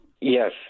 Yes